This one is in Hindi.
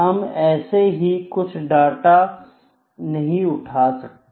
हम ऐसे ही कुछ भी डाटा नहीं उठा सकते